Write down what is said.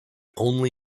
only